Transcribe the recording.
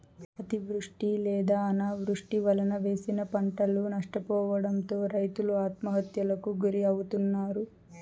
అతివృష్టి లేదా అనావృష్టి వలన వేసిన పంటలు నష్టపోవడంతో రైతులు ఆత్మహత్యలకు గురి అవుతన్నారు